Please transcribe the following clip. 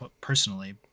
personally